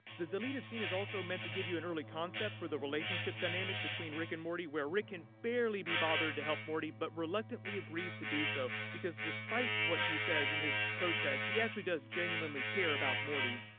the deleted scene is also meant to give you an early concept for the relationship dynamic between rick and morty, where rick can barely be bothered to help morty, but reluctantly agrees to do so, because despite what he says in his protest, he actually does genuinely care about morty.